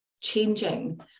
changing